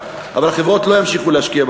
החברות ימשיכו להשקיע בתל-אביב,